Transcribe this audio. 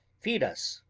feed us,